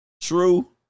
True